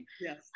yes